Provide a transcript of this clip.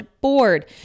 board